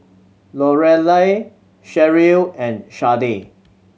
Lorelei Sherrill and Sharde